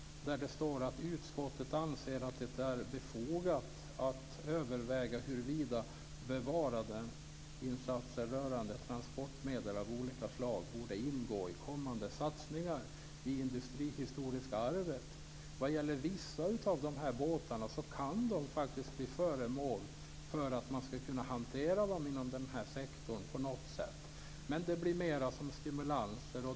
Det står att utskottet anser att det är befogat att överväga huruvida bevarandeinsatser rörande transportmedel av olika slag borde ingå i kommande satsningar i det industrihistoriska arvet. Vad gäller vissa av de här båtarna kan de faktiskt bli föremål för hantering i den sektorn på något sätt. Men det blir mer som stimulanser.